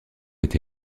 été